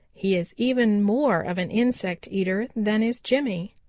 he is even more of an insect eater than is jimmy.